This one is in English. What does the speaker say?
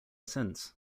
since